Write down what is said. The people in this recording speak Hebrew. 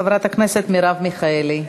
חברת הכנסת מרב מיכאלי.